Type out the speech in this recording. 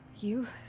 you.